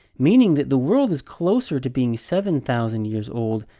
meaning that the world is closer to being seven thousand years old,